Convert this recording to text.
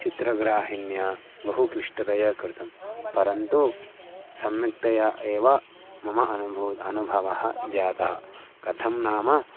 चित्रग्राहिण्या बहु क्लिष्टतया कृतं परन्तु सम्यक्तया एव मम अनुबोधः अनुभवः जातः कथं नाम